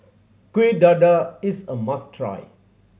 Kueh Dadar is a must try